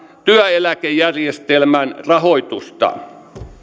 työeläkejärjestelmän rahoitusta